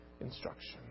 instruction